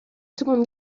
seconde